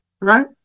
right